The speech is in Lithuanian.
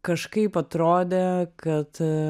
kažkaip atrodė kad